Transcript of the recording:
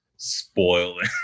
Spoiled